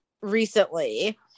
recently